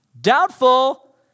Doubtful